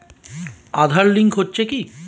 Aadhaar link হচ্ছে কি?